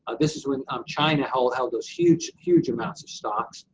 ah this is when um china held held those huge, huge amounts of stocks,